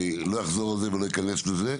אני לא אחזור על זה ולא אכנס לזה,